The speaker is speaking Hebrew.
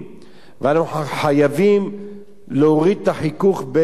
אנחנו חייבים להוריד את החיכוך בין האוכלוסיות.